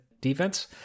defense